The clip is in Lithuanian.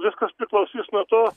viskas priklausys nuo to